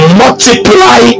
multiply